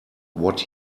what